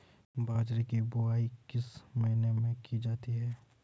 बाजरे की बुवाई किस महीने में की जाती है?